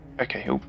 okay